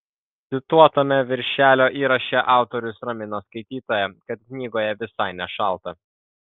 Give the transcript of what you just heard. cituotame viršelio įraše autorius ramina skaitytoją kad knygoje visai nešalta